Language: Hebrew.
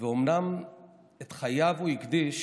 ואומנם, את חייו הוא הקדיש